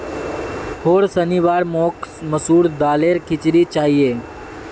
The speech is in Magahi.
होर शनिवार मोक मसूर दालेर खिचड़ी चाहिए